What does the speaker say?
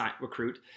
Recruit